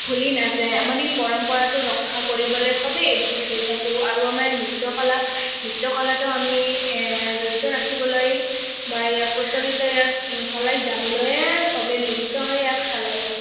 ভুলি নাযায় আমাৰ এই পৰম্পৰাটো ৰক্ষা কৰিবলৈ সবে একগোট হৈ থাকোঁ আৰু আমাৰ নৃত্যকলা নৃত্যকলাটো আমি জড়িত ৰাখিবলৈ বা ইয়াৰ প্ৰচলিত ইয়াৰ চলাই যাবলৈয়ে সবে মিলিত হৈয়ে ইয়াক চলাই যাম